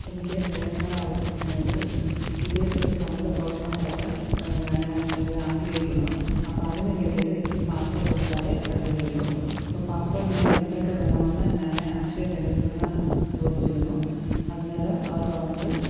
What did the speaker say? എനിക്ക് വേനൽക്കാല അവധിസമയത്ത് വിദേശത്ത് സന്നദ്ധപ്രവർത്തനം നടത്താൻ ഞാൻ ഒരു ആഗ്രഹിക്കുന്നു അപ്പം അതിന് വേണ്ടീട്ട് എനിക്ക് പാസ്പ്പോട്ടെടുത്താൽ പറ്റുകയുള്ളു അപ്പം പാസ്പ്പോർട്ടിനു വേണ്ടി എന്തൊക്കെ വേണമെന്ന് ഞാൻ അക്ഷയ കേന്ദ്രത്തിലൊന്ന് ചോദിച്ചിരുന്നു അന്നേരം അവർ പറഞ്ഞത്